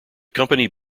company